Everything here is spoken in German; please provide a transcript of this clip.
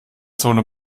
zone